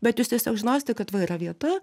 bet jūs tiesiog žinosite kad va yra vieta